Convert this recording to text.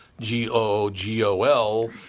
G-O-G-O-L